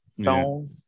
stone